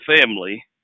family